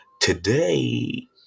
today